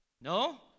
No